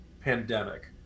pandemic